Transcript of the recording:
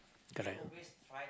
correct